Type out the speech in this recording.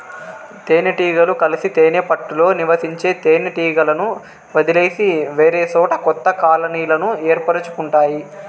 తేనె టీగలు కలిసి తేనె పెట్టలో నివసించే తేనె టీగలను వదిలేసి వేరేసోట కొత్త కాలనీలను ఏర్పరుచుకుంటాయి